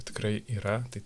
tikrai yra tai